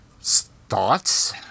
Thoughts